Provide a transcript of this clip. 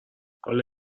حالا